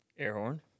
Airhorn